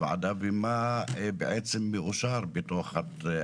ומה מאושר בתחום